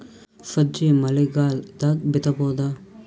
ಸಜ್ಜಿ ಮಳಿಗಾಲ್ ದಾಗ್ ಬಿತಬೋದ?